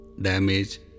damage